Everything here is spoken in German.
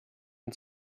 und